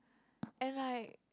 and like